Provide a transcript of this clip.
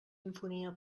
infonia